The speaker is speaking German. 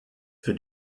für